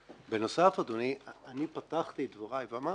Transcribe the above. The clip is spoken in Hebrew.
בנוסף, אדוני, אני פתחתי את דבריי ואמרתי: